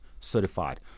certified